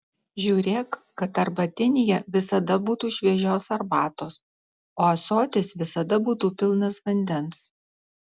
žiūrėk kad arbatinyje visada būtų šviežios arbatos o ąsotis visada būtų pilnas vandens